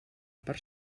per